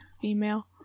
female